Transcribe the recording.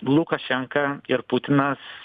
lukašenka ir putinas